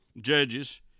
Judges